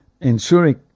ensuring